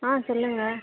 ஆ சொல்லுங்கள்